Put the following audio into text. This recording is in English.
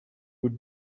would